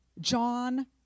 John